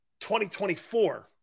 2024